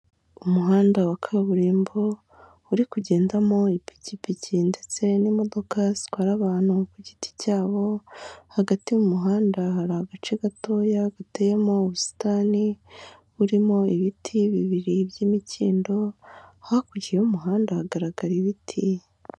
Umuhanda wa kaburimbo uri kugendamo ipikipiki ndetse n'imodoka zitwara abantu ku giti cyabo, hagati mu muhanda hari agace gatoya gateyemo ubusitani burimo ibiti bibiri by'imikindo, hakurya y'umuhanda hagaragara ibiti.